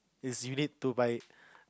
it's you need to buy